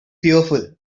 fearful